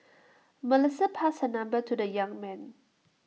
Melissa passed her number to the young man